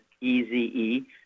E-Z-E